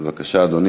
בבקשה, אדוני.